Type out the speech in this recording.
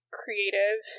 creative